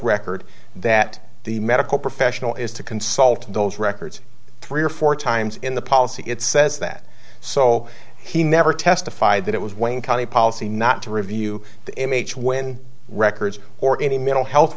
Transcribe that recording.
record that the medical professional is to consult those records three or four times in the policy it says that so he never testified that it was wayne county policy not to review the mh when records or any mental health